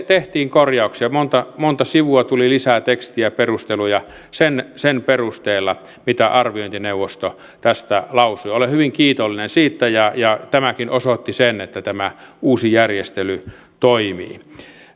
tehtiin korjauksia monta monta sivua tuli lisää tekstiä ja perusteluja sen sen perusteella mitä arviointineuvosto tästä lausui olen hyvin kiitollinen siitä ja ja tämäkin osoitti sen että tämä uusi järjestely toimii